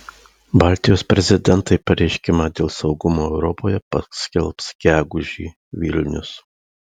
baltijos prezidentai pareiškimą dėl saugumo europoje paskelbs gegužį vilnius